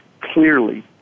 clearly